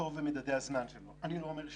ועדה לזה, ועדה לזה וועדה לזה